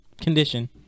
condition